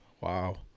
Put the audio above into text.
wow